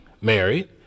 married